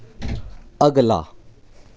अगला